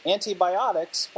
Antibiotics